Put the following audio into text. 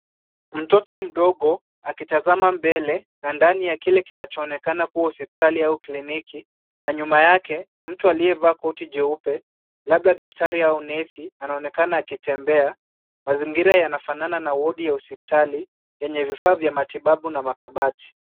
Mtoto mdogo akitazama mbele na ndani ya kile kinachoonekana kuwa hosipitali ua kliniki, na nyuma yake, mtu aliyevaa koti jeupe labda daktari au nesi anaonekana akitembea. Mazingira yanafanana na wodi ya hosipitali yenye vifaa vya matibabu na kabati.